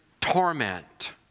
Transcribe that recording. torment